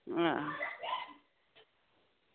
हां